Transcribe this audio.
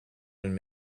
been